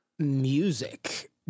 music